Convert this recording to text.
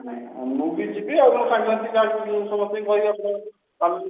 ହଁ ମୁଁ ବି ଯିବି ଆଉ ମୋ ସାଙ୍ଗସାଥି ଯାହା ସମସ୍ତଙ୍କୁ କହି ଆପଣଙ୍କ ପାର୍ଲରକୁ ଯିବାକୁ